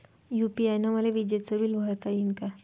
UPI न मले विजेचं बिल भरता यीन का?